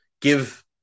Give